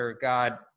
God